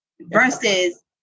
versus